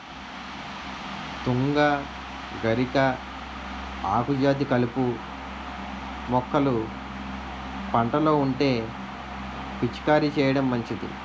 తుంగ, గరిక, ఆకుజాతి కలుపు మొక్కలు పంటలో ఉంటే పిచికారీ చేయడం మంచిది